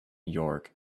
york